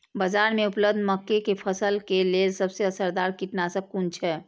बाज़ार में उपलब्ध मके के फसल के लेल सबसे असरदार कीटनाशक कुन छै?